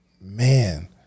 Man